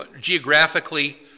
geographically